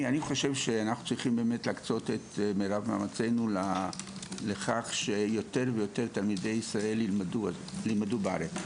אנחנו צריכים להקצות את מרב מאמצנו לכך שיותר תלמידי ישראל ילמדו בארץ.